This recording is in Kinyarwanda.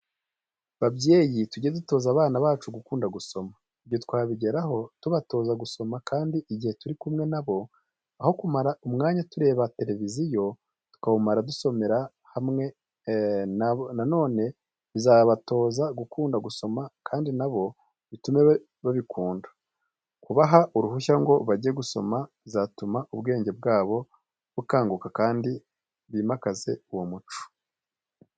Babyeyi tuge dutoza abana bacu gukunda gusoma. Ibyo twabigeraho tubatoza gusoma kandi igihe turi kumwe na bo, aho kumara umwanya turebera televiziyo, tukawumara dusomera hamwe. Na none bizabatoza gukunda gusoma kandi na bo bitume babikunda. Kubaha uruhushya ngo bajye gusoma bizatuma ubwenge bwabo bukanguka kandi bimakaze uwo muco.